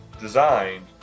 designed